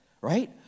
right